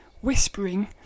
whispering